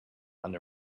under